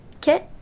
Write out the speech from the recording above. Kit